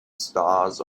stars